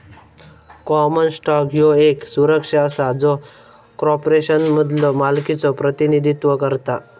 common stock ह्यो येक सुरक्षा असा जो कॉर्पोरेशनमधलो मालकीचो प्रतिनिधित्व करता